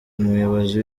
umuyobozi